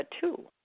two